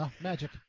Magic